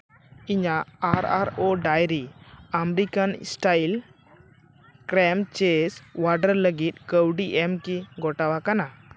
ᱤᱧᱟᱹᱜ ᱟᱨ ᱟᱨ ᱳ dairy American style cream cheese order ᱞᱟᱹᱜᱤᱫ ᱠᱟᱹᱣᱰᱤ ᱮᱢ ᱠᱤ ᱜᱚᱴᱟᱣᱟᱠᱟᱱᱟ